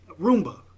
Roomba